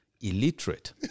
illiterate